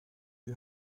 die